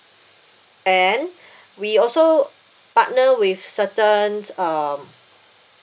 and we also partner with certains um